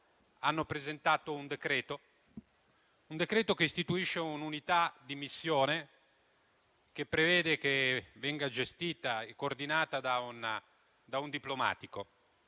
stato presentato un decreto-legge che istituisce un'unità di missione e che prevede che venga gestita e coordinata da un diplomatico.